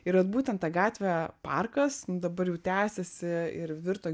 ir vat būtent ta gatvė parkas nu dabar jau tęsiasi ir virto